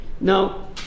Now